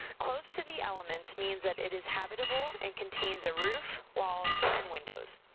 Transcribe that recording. closed to the elements means that it is habitable and contains a roof, walls, and windows.